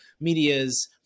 medias